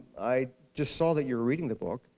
i just saw that you're reading the book.